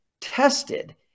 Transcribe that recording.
tested